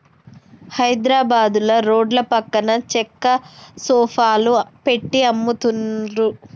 హైద్రాబాదుల రోడ్ల పక్కన చెక్క సోఫాలు పెట్టి అమ్ముతున్లు